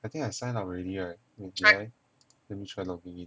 I think I sign up already right wait did I let me try login in